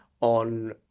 on